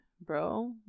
bro